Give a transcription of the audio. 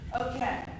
Okay